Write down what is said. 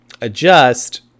adjust